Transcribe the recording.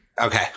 Okay